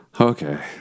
Okay